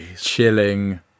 chilling